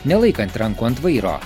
nelaikant rankų ant vairo